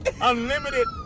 Unlimited